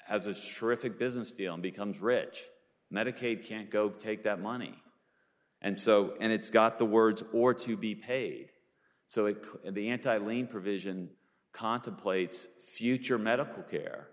as a sure if it business film becomes rich medicaid can't go take that money and so and it's got the words or to be paid so if the anti lean provision contemplates future medical care